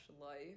life